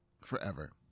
forever